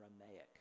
Aramaic